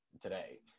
today